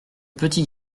petit